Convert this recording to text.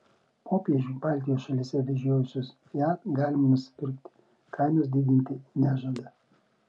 popiežių baltijos šalyse vežiojusius fiat galima nusipirkti kainos didinti nežada